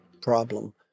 problem